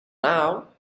now